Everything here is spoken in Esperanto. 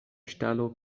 ŝtalo